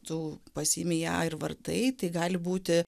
tu pasiimi ją ir vartai tai gali būti